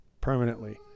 permanently